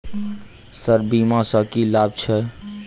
Sir बीमा सँ की लाभ छैय?